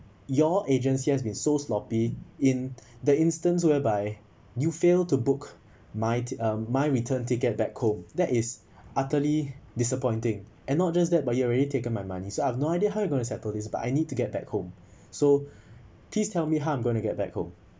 your agency has been so sloppy in the instance whereby you failed to book my uh my return ticket back home that is utterly disappointing and not just that but you already taken my money so I've no idea how you going to settle this but I need to get back home so please tell me how am I going to get back home